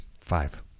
Five